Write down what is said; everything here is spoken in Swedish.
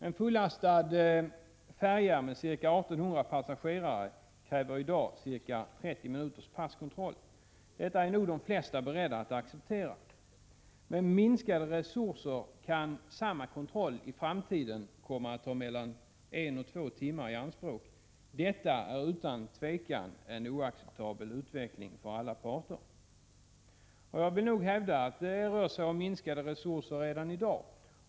En fullastad färja med omkring 1 800 passagerare kräver i dag ca 30 minuters passkontroll. Detta är nog de flesta beredda att acceptera. Med minskade resurser kan samma kontroll i framtiden komma att ta mellan en och två timmar i anspråk. Detta är utan tvivel en oacceptabel utveckling för alla parter. Jag vill hävda att det rör sig om minskade resurser redan i dag.